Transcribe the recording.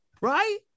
Right